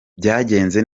byagenze